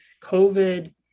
COVID